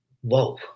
whoa